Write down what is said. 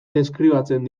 deskribatzen